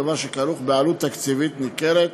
דבר שכרוך בעלות תקציבית ניכרת